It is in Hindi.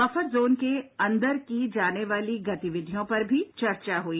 बफर जोन के अंदर की जाने वाली गतिविधियों पर भी चर्चा हुई